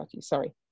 sorry